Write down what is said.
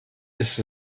ist